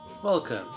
Welcome